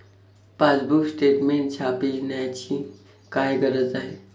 Passbook statement छापण्याची काय गरज आहे?